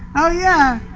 oh yeah,